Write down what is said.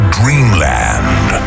dreamland